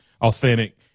authentic